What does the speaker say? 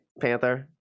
Panther